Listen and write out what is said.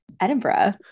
Edinburgh